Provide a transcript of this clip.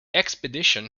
expedition